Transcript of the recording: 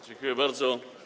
Dziękuję bardzo.